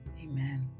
Amen